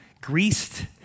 greased